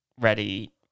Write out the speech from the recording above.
ready